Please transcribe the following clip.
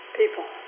people